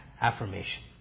affirmation